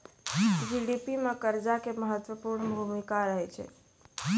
GDP मे कर्जा के महत्वपूर्ण भूमिका रहै छै